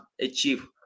achieve